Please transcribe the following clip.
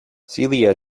celia